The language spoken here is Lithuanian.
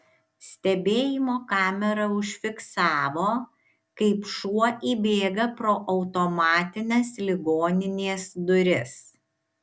stebėjimo kamera užfiksavo kaip šuo įbėga pro automatines ligoninės duris